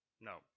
No